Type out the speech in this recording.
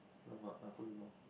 !alamak! I also don't know